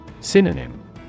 Synonym